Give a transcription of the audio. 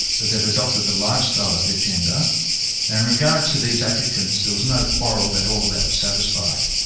that they've adopted the lifestyle of their gender. and in regard to these applicants, there was no quarrel that all of that was satisfied.